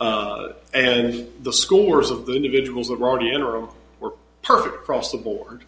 and the scores of the individuals that were already interim were perfect cross the board